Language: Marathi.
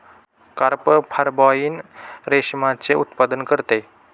कार्प फायब्रोइन रेशमाचे उत्पादन करते